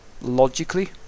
logically